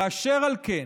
ואשר על כן,